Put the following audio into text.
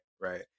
right